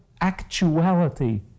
actuality